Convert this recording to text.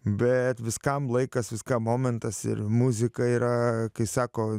bet viskam laikas viskam momentas ir muzika yra kai sako